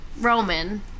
Roman